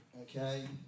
okay